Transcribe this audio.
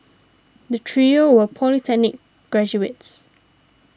the trio were polytechnic graduates